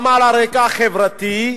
גם על רקע חברתי,